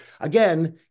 again